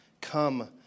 Come